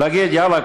להגיד: יאללה,